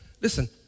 Listen